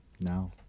now